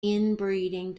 inbreeding